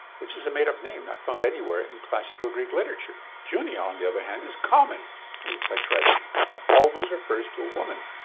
which is a made-up name not found anywhere in classical greek literature. junia, on the other hand, is common in such writings and always refers to a woman.